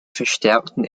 verstärkten